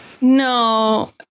no